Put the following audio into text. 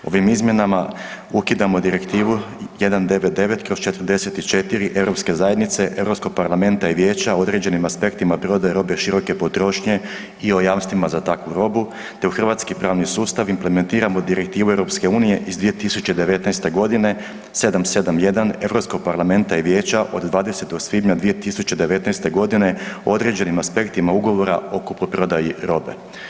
Ovim izmjenama ukidamo Direktivu 199/44 Europske zajednice, Europskog parlamenta i vijeća u određenim aspektima prirodne robe široke potrošnje i o jamstvima za takvu robu, te u hrvatski javni sustav implementiramo Direktivu EU iz 2019.g. 771 Europskog parlamenta i vijeća od 20. svibnja 2019.g. u određenim aspektima ugovora o kupoprodaji robe.